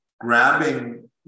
grabbing